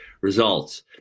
results